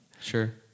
sure